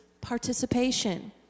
participation